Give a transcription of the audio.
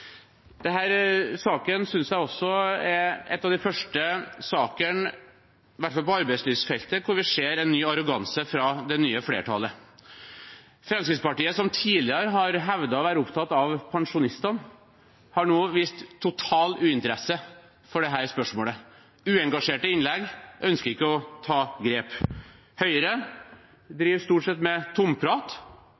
saken synes jeg også er en av de første sakene – iallfall på arbeidslivsfeltet – hvor vi ser en ny arroganse fra det nye flertallet. Fremskrittspartiet, som tidligere har hevdet å være opptatt av pensjonistene, har nå vist total mangel på interesse for dette spørsmålet. De holder uengasjerte innlegg og ønsker ikke å ta grep. Høyre